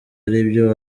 aribyo